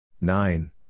Nine